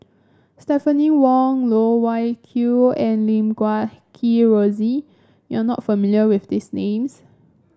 Stephanie Wong Loh Wai Kiew and Lim Guat Kheng Rosie you are not familiar with these names